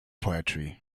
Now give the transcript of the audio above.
poetry